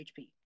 HP